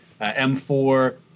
M4